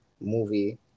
movie